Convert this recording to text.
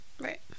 Right